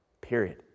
period